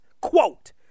quote